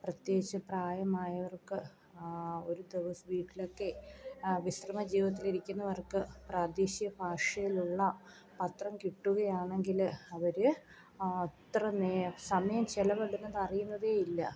പ്രത്യേകിച്ച് പ്രായമായവർക്ക് ഒരു ദിവസം വീട്ടിലൊക്കെ വിശ്രമം ജീവിതത്തിലിരിക്കുന്നവർക്ക് പ്രാദേശിക ഭാഷയിലുള്ള പത്രം കിട്ടുകയാണെങ്കിൽ അവർ അത്ര നേരം സമയം ചിലവിടുന്നത് അറിയുന്നതേയില്ല